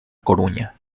coruña